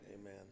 amen